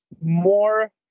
more